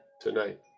tonight